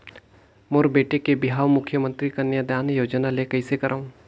मोर बेटी के बिहाव मुख्यमंतरी कन्यादान योजना ले कइसे करव?